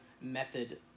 method